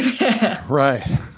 right